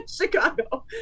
chicago